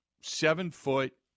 seven-foot